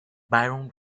byron